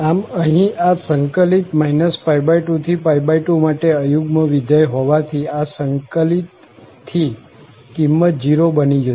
આમ અહીં આ સંકલિત 2 થી 2 માટે અયુગ્મ વિધેય હોવાથી આ સંકલિત થી કિંમત 0 બની જશે